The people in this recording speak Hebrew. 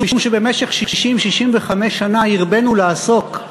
משום במשך 65-60 שנה הרבינו לעסוק,